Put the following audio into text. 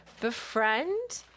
befriend